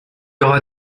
aura